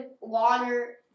water